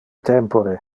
tempore